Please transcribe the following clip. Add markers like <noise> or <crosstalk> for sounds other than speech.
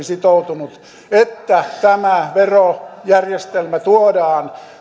<unintelligible> sitoutuneet siihen että tämä verojärjestelmä tuodaan